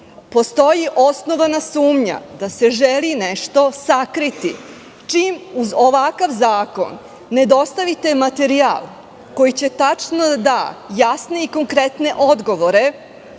teza. Postoji osnovana sumnja da se nešto želi sakriti, čim uz ovakav zakon ne dostavite materijal koji će tačno da dâ jasne i konkretne odgovore